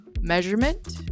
measurement